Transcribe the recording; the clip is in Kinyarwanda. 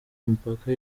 mipaka